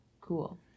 Cool